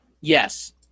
Yes